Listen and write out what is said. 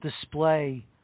display